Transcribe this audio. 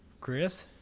Chris